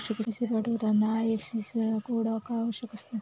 पैसे पाठवताना IFSC code का आवश्यक असतो?